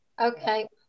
Okay